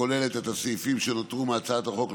הכוללת את הסעיפים שנותרו מהצעת החוק,